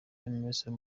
emmerson